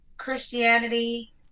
christianity